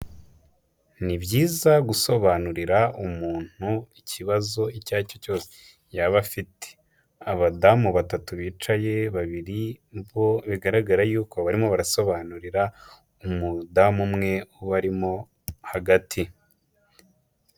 Ni byiza gusobanurira umuntu ikibazo icyo ari cyo cyose yaba afite. Abadamu batatu bicaye, babiri bo bigaragara yuko barimo barasobanurira umudamu umwe ubarimo hagati.